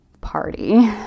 party